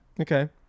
Okay